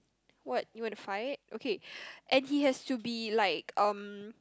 what you want to fight okay and he has to be like um